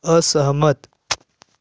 असहमत